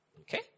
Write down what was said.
Okay